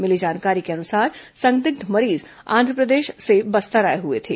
मिली जानकारी के अनुसार संदिग्ध मरीज आंध्रप्रदेश से बस्तर आए हुए थे